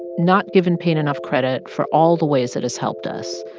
not given pain enough credit for all the ways it has helped us,